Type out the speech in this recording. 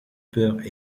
peurs